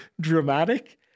dramatic